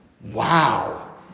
Wow